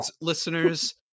listeners